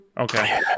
Okay